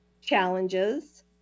challenges